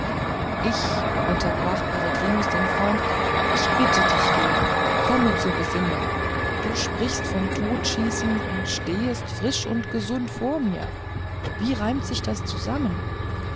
ich unterbrach peregrinus den freund ich bitte dich george komme zur besinnung du sprichst von totschießen und stehest frisch und gesund vor mir wie reimt sich das zusammen